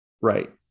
Right